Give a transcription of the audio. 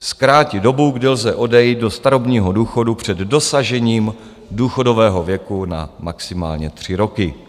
zkrátit dobu, kdy lze odejít do starobního důchodu před dosažením důchodového věku, na maximálně tři roky;